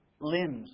Limbs